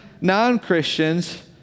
non-Christians